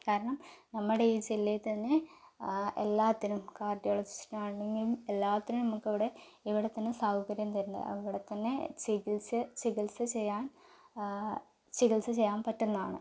കാരണം നമ്മുടെ ഈ ജില്ലയിൽ തന്നെ എല്ലാത്തിനും കാർഡിയോളജിസ്റ്റിനാണെങ്കിലും എല്ലാത്തിനും നമുക്കിവടെ ഇവിടെ തന്നെ സൗകര്യം തരുന്നുണ്ട് ഇവിടെത്തന്നെ ചികിത്സ ചികിത്സ ചെയ്യാൻ ചികിത്സ ചെയ്യാൻ പറ്റുന്നതാണ്